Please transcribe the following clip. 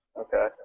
Okay